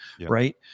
Right